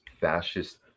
fascist